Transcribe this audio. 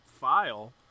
file